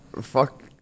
Fuck